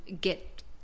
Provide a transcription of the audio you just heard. get